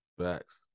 Facts